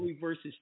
versus